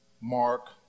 Mark